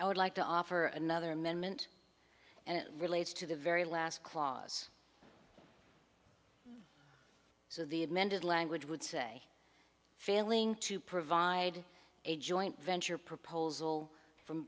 i would like to offer another amendment and relates to the very last clause so the amended language would say failing to provide a joint venture proposal from